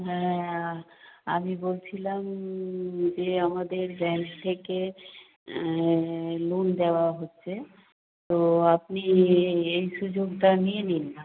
হ্যাঁ আমি বলছিলাম যে আমাদের ব্যাংক থেকে লোন দেওয়া হচ্ছে তো আপনি এই সুযোগটা নিয়ে নিন না